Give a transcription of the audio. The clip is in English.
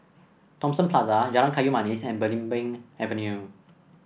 Thomson Plaza Jalan Kayu Manis and Belimbing Avenue